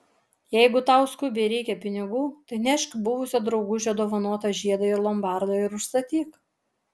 jeigu tau skubiai reikia pinigų tai nešk buvusio draugužio dovanotą žiedą į lombardą ir užstatyk